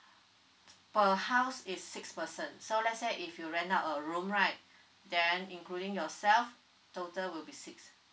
per house is six person so let's say if you rent out a room right then including yourself total will be six